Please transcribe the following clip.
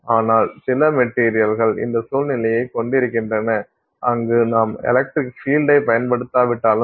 ஆனால் சில மெட்டீரியல்கள் இந்த சூழ்நிலையைக் கொண்டிருக்கின்றன அங்கு நாம் எலக்ட்ரிக் பீல்டை பயன்படுத்தாவிட்டாலும் கூட